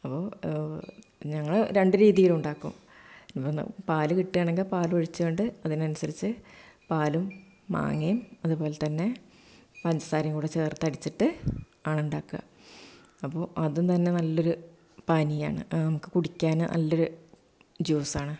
അപ്പം ഞങ്ങള് രണ്ടു രീതിയിലും ഉണ്ടാക്കും പാല് കിട്ടുകയാണെങ്കിൽ പാല് ഒഴിച്ചു കൊണ്ട് അതിനനുസരിച്ച് പാലും മാങ്ങയും അതുപോലെ തന്നെ പഞ്ചസാരയും കൂടെ ചേർത്തടിച്ചിട്ട് ആണ് ഉണ്ടാക്കുക അപ്പോൾ അതുതന്നെ നല്ലൊരു പാനിയാണ് നമുക്ക് കുടിക്കാന് നല്ലൊരു ജ്യൂസാണ്